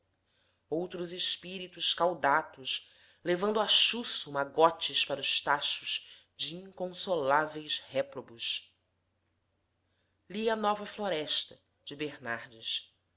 outros espíritos caudatos levando a chuço magotes para os tachos de inconsoláveis réprobos li a nova floresta de bernardes